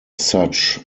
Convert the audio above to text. such